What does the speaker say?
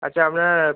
আচ্ছা আপনার